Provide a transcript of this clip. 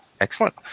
excellent